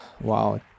Wow